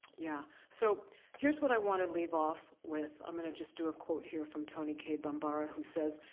yeah so here's what i wanna leave off with. i'm gonna just do a quote here, from toni cade bambara, who says,